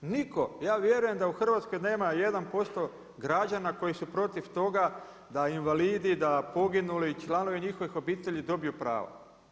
Nitko ja vjerujem, da u Hrvatskoj nema 1% građana koji su protiv toga da invalidi, da poginuli članovi njihovih obitelji dobiju prava.